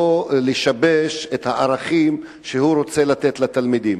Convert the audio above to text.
לא לשבש את הערכים שהוא רוצה לתת לתלמידים.